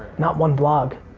not one vlog.